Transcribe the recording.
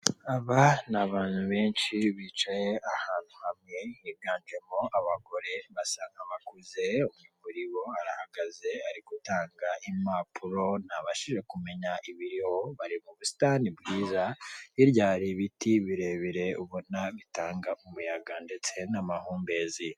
Aba ni abantu benshi bicaye ahantu hamwe, biganjemo abagore basa nk'abakuze, umwe muri bo arahagaze, ari gutanga impapuro ntabashije kumenya ibiriho, bari mu busitani bwiza, hirya hari ibiti birebire ubona bitanga umuyaga ndetse n'amahumbezi.